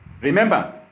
Remember